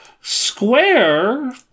Square